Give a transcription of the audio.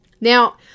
Now